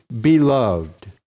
beloved